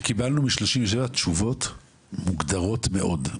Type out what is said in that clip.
קיבלנו תשובות מוגדרות מאוד מ-37,